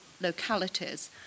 localities